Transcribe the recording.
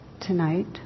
tonight